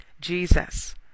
Jesus